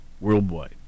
worldwide